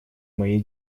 моей